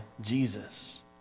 Jesus